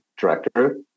director